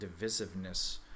divisiveness